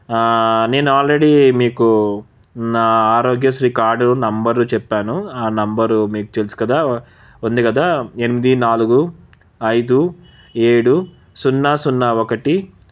నేను ఆల్రెడీ మీకు నా ఆరోగ్యశ్రీ కార్డు నెంబరు చెప్పాను ఆ నంబరు మీకు తెలుసు కదా ఉంది కదా ఎనిమిది నాలుగు ఐదు ఏడు సున్నా సున్నా ఒకటి